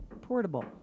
portable